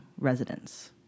residents